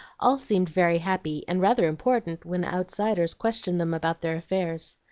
all seemed very happy, and rather important when outsiders questioned them about their affairs.